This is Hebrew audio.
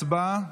הצבעה.